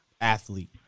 athlete